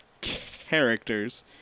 Characters